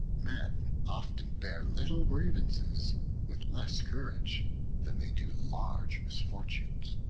men often bear little grievances with less courage than they do large misfortunes.